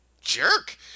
jerk